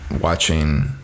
watching